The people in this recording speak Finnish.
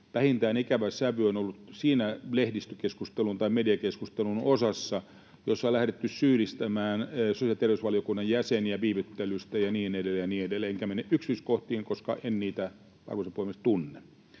vähintään ikävä sävy on ollut siinä mediakeskustelun osassa, jossa on lähdetty syyllistämään sosiaali- ja terveysvaliokunnan jäseniä viivyttelystä ja niin edelleen ja niin edelleen — enkä mene yksityiskohtiin, koska en niitä, arvoisa puhemies, tunne.